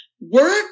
work